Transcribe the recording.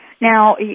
Now